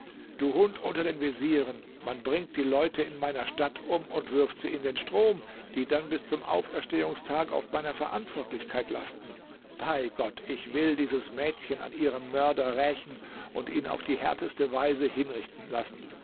du hund unter den vezieren man bringt die leute in meiner stadt um und wirft sie in den strom die dann bis zum auferstehungstag auf meiner verantwortlichkeit lasten bei gott ich will dieses mädchen an ihrem mörder rächen und ihn auf die härteste weise hinrichten lassen